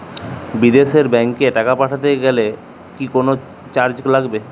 বিদেশের ব্যাংক এ টাকা পাঠাতে হলে কি কোনো চার্জ লাগবে?